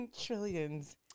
Trillions